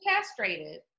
castrated